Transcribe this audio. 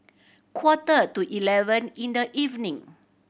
quarter to eleven in the evening